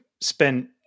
spent